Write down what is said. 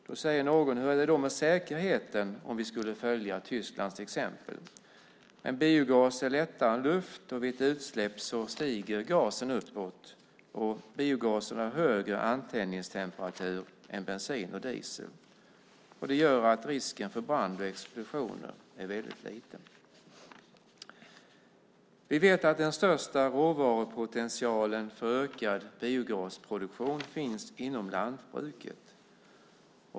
Då säger någon: Hur är det med säkerheten om vi skulle följa Tysklands exempel? Biogas är lättare än luft och vid utsläpp stiger gasen uppåt. Biogasen har högre antändningstemperatur än bensin och diesel. Det gör att risken för brand vid explosioner är väldigt liten. Vi vet att den största råvarupotentialen för ökad biogasproduktion finns inom lantbruket.